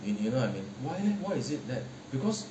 why leh why is it that